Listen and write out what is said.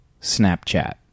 Snapchat